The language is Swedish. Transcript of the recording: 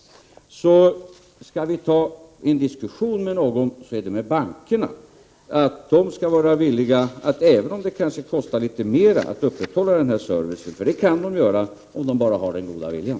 Om vi skall föra en diskussion med någon skall det vara med bankerna, om att de, även om det kanske kostar litet mera, skall vara villiga att upprätthålla denna service. Det kan de göra, om de bara har den goda viljan.